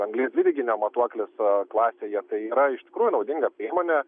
anglies dvideginio matuoklis klasėje tai yra iš tikrųjų naudinga priemonė